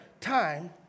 Time